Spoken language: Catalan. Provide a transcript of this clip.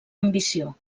ambició